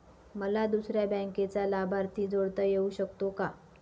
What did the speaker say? मला दुसऱ्या बँकेचा लाभार्थी जोडता येऊ शकतो का?